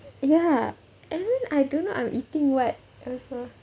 ya and then I don't know I'm eating what also